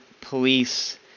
police